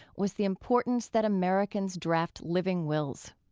was the importance that americans draft living wills.